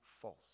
false